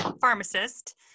pharmacist